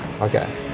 Okay